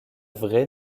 vrai